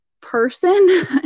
person